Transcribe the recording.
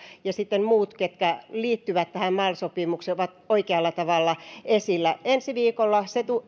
ja sitten muut ketkä liittyvät tähän mal sopimukseen ovat oikealla tavalla esillä ensi viikolla